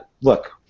look